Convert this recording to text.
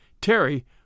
Terry